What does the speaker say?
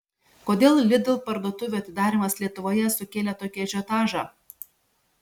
kodėl lidl parduotuvių atidarymas lietuvoje sukėlė tokį ažiotažą